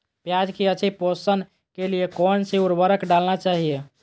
प्याज की अच्छी पोषण के लिए कौन सी उर्वरक डालना चाइए?